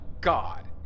god